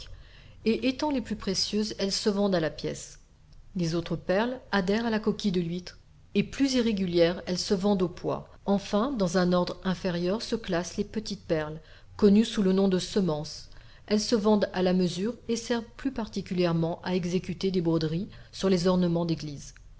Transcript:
et étant les plus précieuses elles se vendent à la pièce les autres perles adhèrent à la coquille de l'huître et plus irrégulières elles se vendent au poids enfin dans un ordre inférieur se classent les petites perles connues sous le nom de semences elles se vendent à la mesure et servent plus particulièrement à exécuter des broderies sur les ornements d'église